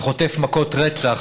שחוטף מכות רצח,